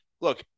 look